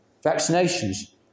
vaccinations